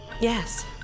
yes